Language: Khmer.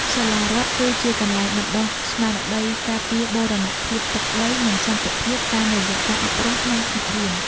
សាលារដ្ឋគឺជាកន្លែងបណ្តុះស្មារតីការពារបូរណភាពទឹកដីនិងសន្តិភាពតាមរយៈការអប់រំក្នុងថ្នាក់រៀន។